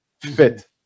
fit